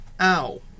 Ow